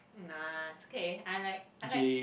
nah it's okay I like I like